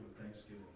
thanksgiving